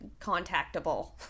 contactable